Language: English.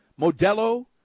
Modelo